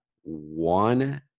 one